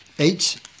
Eight